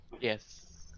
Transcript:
Yes